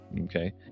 okay